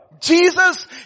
Jesus